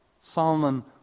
Solomon